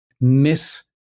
miss